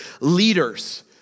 leaders